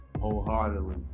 wholeheartedly